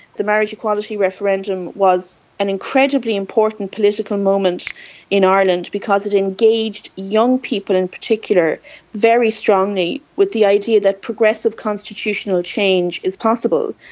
the marriage equality referendum was an incredibly important political moment in ireland because it engaged young people in particular very strongly with the idea that progressive constitutional change is possible.